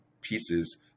pieces